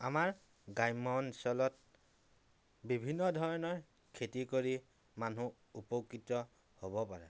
আমাৰ গ্ৰাম্য় অঞ্চলত বিভিন্ন ধৰণৰ খেতি কৰি মানুহ উপকৃত হ'ব পাৰে